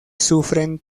sufren